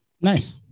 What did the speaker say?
Nice